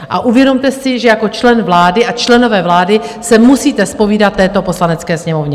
A uvědomte si, že jako člen vlády a členové vlády se musíte zpovídat této Poslanecké sněmovně!